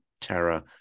terror